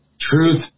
truth